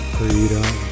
freedom